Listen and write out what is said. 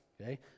okay